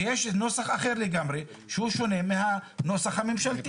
ויש נוסח אחר לגמרי שהוא שונה מהנוסח הממשלתי,